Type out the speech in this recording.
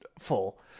full